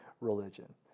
religion